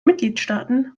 mitgliedstaaten